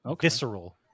visceral